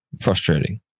Frustrating